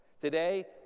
Today